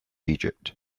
egypt